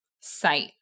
sight